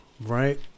right